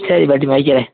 சரி பாட்டியம்மா வைக்கிறேன்